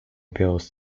bills